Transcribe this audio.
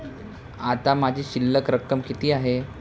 आता माझी शिल्लक रक्कम किती आहे?